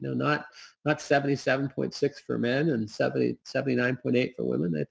not not seventy seven point six for men and seventy seventy nine point eight for women.